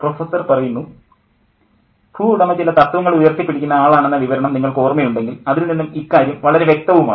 professor ഭൂവുടമ ചില തത്ത്വങ്ങൾ ഉയർത്തിപ്പിടിക്കുന്ന ആളാണെന്ന വിവരണം നിങ്ങൾക്ക് ഓർമ്മ ഉണ്ടെങ്കിൽ അതിൽ നിന്നും ഇക്കാര്യം വളരെ വ്യക്തവുമാണ്